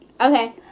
Okay